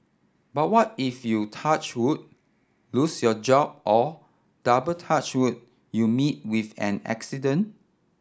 but what if you touch wood lose your job or double touch wood you meet with an accident